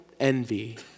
Envy